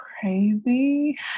crazy